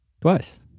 Twice